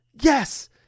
yes